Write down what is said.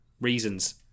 reasons